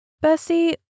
Bessie